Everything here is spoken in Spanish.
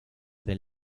del